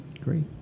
Great